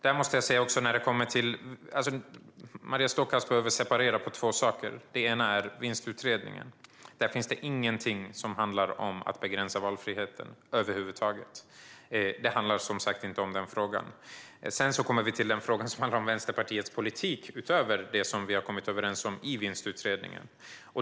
Maria Stockhaus behöver separera två saker. Det ena är vinstutredningen. Där finns ingenting över huvud taget som handlar om att begränsa valfriheten. Det handlar som sagt inte om den frågan. Det andra är den fråga som handlar om Vänsterpartiets politik utöver det som vi har kommit överens om i vinstutredningen.